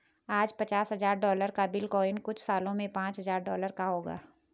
आज पचास हजार डॉलर का बिटकॉइन कुछ सालों में पांच लाख डॉलर का होगा